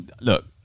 Look